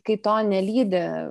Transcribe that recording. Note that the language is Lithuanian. kai to nelydi